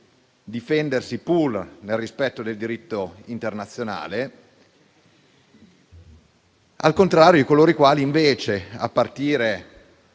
difendersi, pur nel rispetto del diritto internazionale, al contrario di coloro i quali, invece - a partire